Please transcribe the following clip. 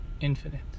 Infinite